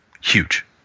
huge